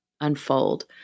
unfold